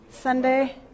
Sunday